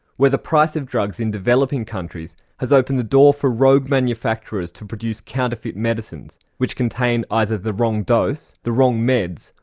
where the price of drugs in developing countries has opened the door for rogue manufacturers to produce counterfeit medicines which contain either the wrong dose, the wrong meds,